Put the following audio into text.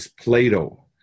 Plato